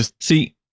See